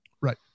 Right